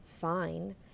fine